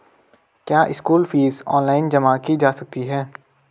क्या school fees online जमा की जा सकती है?